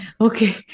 okay